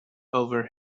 over